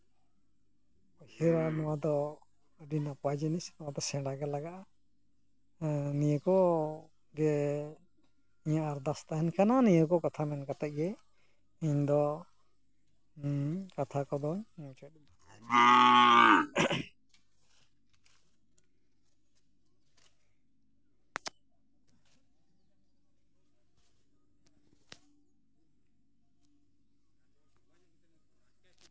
ᱩᱭᱦᱟᱹᱨᱟ ᱱᱚᱣᱟ ᱫᱚ ᱟᱹᱰᱤ ᱱᱟᱯᱟᱭ ᱡᱤᱱᱤᱥ ᱱᱚᱣᱟ ᱫᱚ ᱥᱮᱬᱟ ᱜᱮ ᱞᱟᱜᱟᱜᱼᱟ ᱦᱮᱸ ᱱᱤᱭᱟᱹ ᱠᱚ ᱜᱮ ᱤᱧᱟᱹᱜ ᱟᱨᱫᱟᱥ ᱛᱟᱦᱮᱱ ᱠᱟᱱᱟ ᱱᱤᱭᱟᱹ ᱠᱚ ᱠᱟᱛᱷᱟ ᱢᱮᱱ ᱠᱟᱛᱮ ᱜᱮ ᱤᱧ ᱫᱚ ᱠᱟᱛᱷᱟ ᱠᱚᱫᱚᱧ ᱢᱩᱪᱟᱹᱫ ᱮᱫᱟ